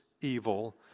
evil